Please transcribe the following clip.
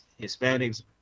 Hispanics